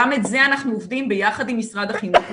גם את זה אנחנו עובדים לייצר ביחד עם משרד חינוך.